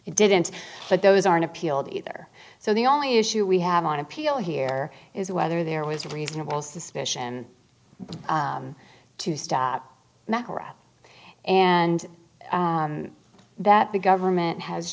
didn't but those aren't appealed either so the only issue we have on appeal here is whether there was a reasonable suspicion to stop mcilrath and that the government has